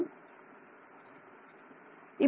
okay